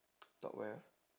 top where ah